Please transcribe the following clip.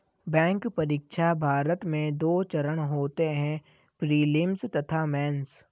bank परीक्षा, भारत में दो चरण होते हैं प्रीलिम्स तथा मेंस